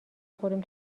خوردیم